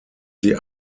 sie